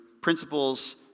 principles